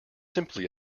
simply